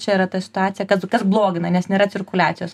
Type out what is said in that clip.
čia yra ta situacija kas kas blogina nes nėra cirkuliacijos